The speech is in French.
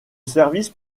service